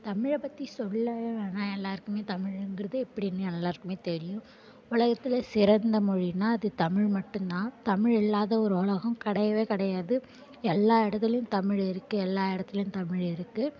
தமிழை பற்றி சொல்லவே வேணாம் எல்லாருக்குமே தமிழுங்கிறது எப்படின்னு எல்லாருக்குமே தெரியும் உலகத்துல சிறந்த மொழினால் அது தமிழ் மட்டும் தான் தமிழ் இல்லாத ஒரு ஒலகம் கிடையவே கிடையாது எல்லா இடத்துலியும் தமிழ் இருக்குது எல்லா இடத்துலியும் தமிழ் இருக்குது